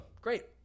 great